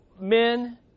men